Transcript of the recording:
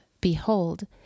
behold